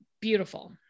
beautiful